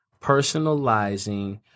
personalizing –